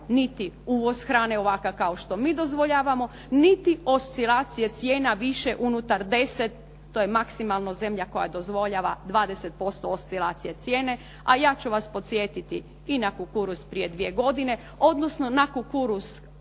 niti uvoz hrane ovako kao što mi dozvoljavamo, niti oscilacije cijena unutar deset, to je maksimalno zemlja koja dozvoljava 20% oscilacije cijene, a ja ću vas podsjetiti i na kukuruz prije dvije godine, odnosno na kukuruz